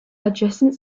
adjacent